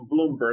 Bloomberg